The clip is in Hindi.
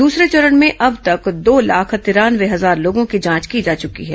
दसरे चरण में अब तक दो लाख तिरानवे हजार लोगों की जांच की जा चुकी है